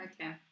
okay